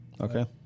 okay